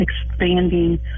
expanding